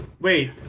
Wait